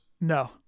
No